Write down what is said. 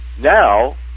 now